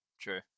true